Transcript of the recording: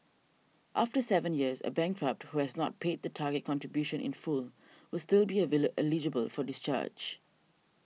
after seven years a bankrupt who has not paid the target contribution in full will still be eligible for discharge